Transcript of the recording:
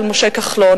של משה כחלון,